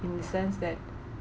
in the sense that